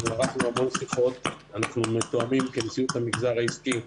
ערכנו המון שיחות ואנחנו, נשיאות המגזר העסקי,